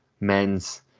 men's